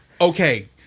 okay